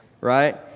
right